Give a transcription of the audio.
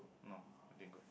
no didn't good